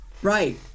Right